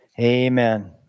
Amen